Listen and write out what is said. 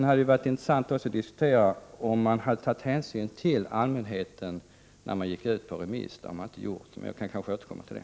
Det hade också varit intressant att diskutera varför man inte tog hänsyn till allmänheten när frågan gick ut på remiss. Jag kan återkomma till det.